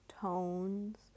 tones